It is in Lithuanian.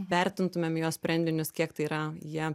vertintumėm jo sprendinius kiek tai yra jie